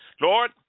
Lord